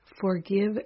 Forgive